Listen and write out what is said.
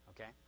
Okay